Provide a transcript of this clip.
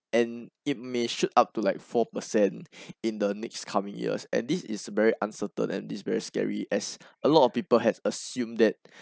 and it may shoot up to like four percent in the next coming years and this is very uncertain and this is very scary as a lot of people have assumed that